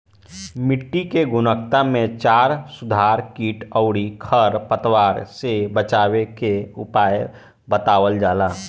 मिट्टी के गुणवत्ता में सुधार कीट अउरी खर पतवार से बचावे के उपाय बतावल जाला